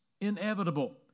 inevitable